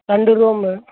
ரெண்டு ரூம்மு